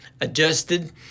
adjusted